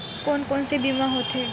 कोन कोन से बीमा होथे?